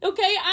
Okay